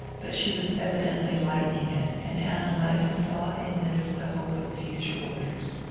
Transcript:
but she was evidently lightening it, and ann eliza saw in this the hope of future orders.